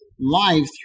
life